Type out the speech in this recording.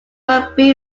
album